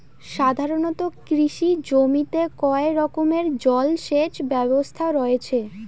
সাধারণত কৃষি জমিতে কয় রকমের জল সেচ ব্যবস্থা রয়েছে?